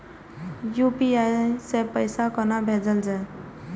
UPI सै पैसा कोना भैजल जाय?